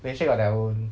malaysia got their own